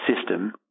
system